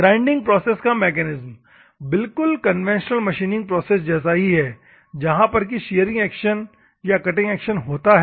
grinding process का mechanism बिल्कुल conventional machining process जैसा ही है जहां पर की शीअरिंग एक्शन या कटिंग एक्शन होता है